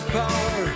power